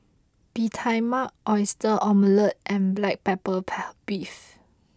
Bee Tai Mak Oyster Omelette and Black Pepper Beef